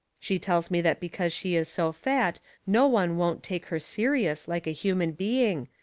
she tells me that because she is so fat no one won't take her serious like a human being,